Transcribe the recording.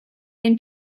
ein